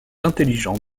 intelligent